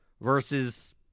versus